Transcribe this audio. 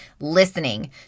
listening